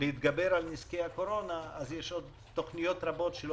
להתגבר על נזקי הקורונה אז יש עוד תוכניות רבות שלא